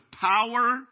power